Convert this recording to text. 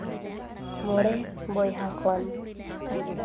ᱢᱚᱬᱮ ᱵᱚᱭᱦᱟ ᱠᱷᱚᱱ